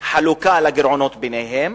חלוקה של גירעונות ביניהן,